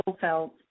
felt